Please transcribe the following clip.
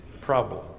problem